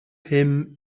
him